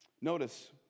Notice